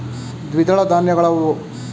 ದ್ವಿದಳ ಧಾನ್ಯಗಳಾವುವು?